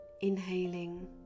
Inhaling